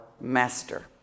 master